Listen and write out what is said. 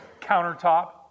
countertop